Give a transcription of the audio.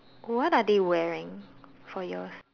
what are they wearing for yours